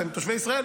אתם תושבי ישראל,